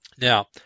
Now